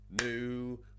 new